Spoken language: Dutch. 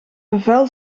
bevel